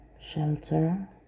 Shelter